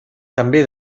també